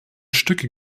stücke